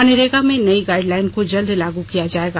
मनरेगा में नयी गाइडलाइन को जल्द लागू किया जायेगा